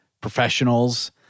professionals